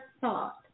thought